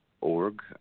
Org